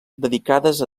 dedicades